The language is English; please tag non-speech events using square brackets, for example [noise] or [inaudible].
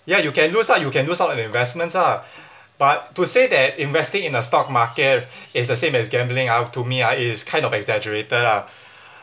ya you can lose out you can lose out an investments ah [breath] but to say that investing in the stock market is the same as gambling I wo~ to me ah it is kind of exaggerated ah [breath]